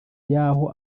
y’aho